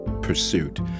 pursuit